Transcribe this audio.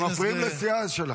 אתם מפריעים לסיעה שלכם.